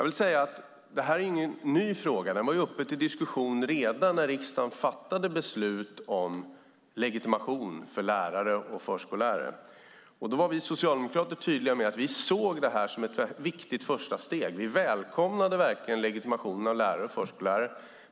Detta är ingen ny fråga. Den var uppe till diskussion redan när riksdagen fattade beslut om legitimation för lärare och förskollärare. Då var vi socialdemokrater tydliga med att vi såg detta som ett viktigt första steg. Vi välkomnade verkligen legitimation för lärare och förskollärare.